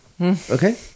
Okay